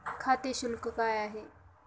खाते शुल्क काय आहे?